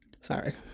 sorry